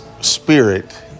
spirit